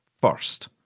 first